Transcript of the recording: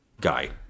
guy